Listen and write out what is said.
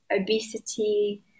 obesity